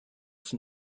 from